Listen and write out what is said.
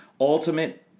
ultimate